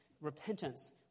repentance